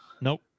nope